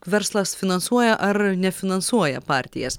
verslas finansuoja ar nefinansuoja partijas